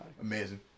Amazing